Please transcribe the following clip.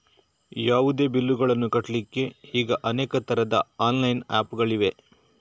ಯಾವುದೇ ಬಿಲ್ಲುಗಳನ್ನು ಕಟ್ಲಿಕ್ಕೆ ಈಗ ಅನೇಕ ತರದ ಆನ್ಲೈನ್ ಆಪ್ ಗಳಿವೆ